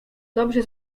dobrze